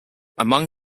among